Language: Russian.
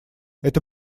это